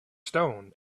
stone